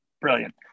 Brilliant